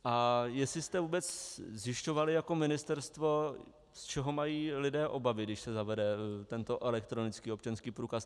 A jestli jste vůbec zjišťovali jako ministerstvo, z čeho mají lidé obavy, když se zavede tento elektronický občanský průkaz.